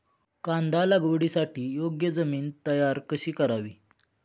कांदा लागवडीसाठी योग्य जमीन तयार कशी करावी?